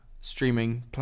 streaming